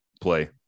play